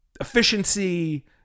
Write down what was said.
efficiency